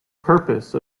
purpose